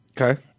Okay